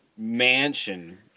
mansion